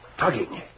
Tugging